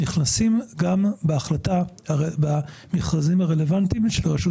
נכנסים גם במכרזים הרלוונטיים של רשות